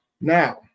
now